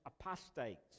apostates